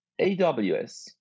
AWS